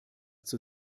zur